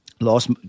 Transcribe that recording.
Last